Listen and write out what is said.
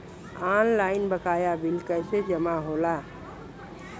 Online बकाया bill कैसे जमा होला?